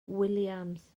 williams